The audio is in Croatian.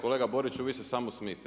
Kolega Boriću vi se samo smijte.